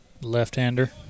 Left-hander